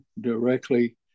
directly